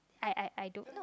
I I I I don't know